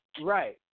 Right